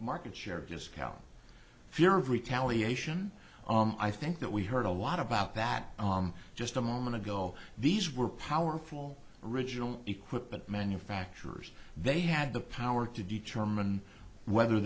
market share discount fear of retaliation i think that we heard a lot about that just a moment ago these were powerful original equipment manufacturers they had the power to determine whether